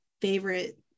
favorite